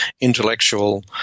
intellectual